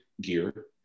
gear